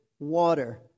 Water